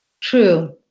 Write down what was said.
true